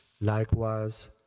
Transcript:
likewise